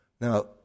Now